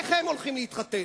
איך הם הולכים להתחתן?